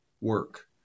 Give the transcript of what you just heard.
work